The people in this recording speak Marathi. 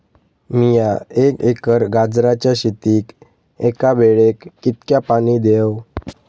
मीया एक एकर गाजराच्या शेतीक एका वेळेक कितक्या पाणी देव?